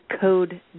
code